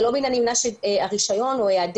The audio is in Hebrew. זה לא מן הנמנע שהרישיון או היעדר